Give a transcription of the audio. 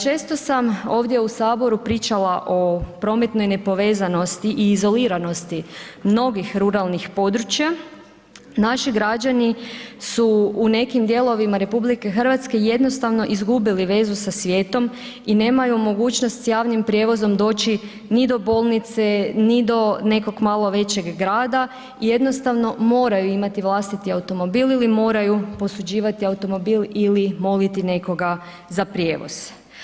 Često sam ovdje u Saboru pričala o prometnoj nepovezanosti i izoliranosti mnogih ruralnih područja, naši građani su u nekim dijelovima RH jednostavno izgubili vezu sa svijetom i nemaju mogućnost sa javnim prijevozom doći ni do bolnice ni do nekog malo većeg grada, jednostavno moraju imati vlastiti automobil ili moraju posuđivati automobil ili moliti nekoga za prijevoz.